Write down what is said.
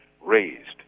raised